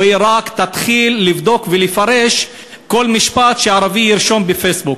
או שרק תתחיל לבדוק ולפרש כל משפט שערבי ירשום בפייסבוק.